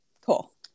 Cool